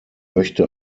möchte